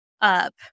up